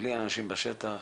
בלי האנשים בשטח,